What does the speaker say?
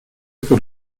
por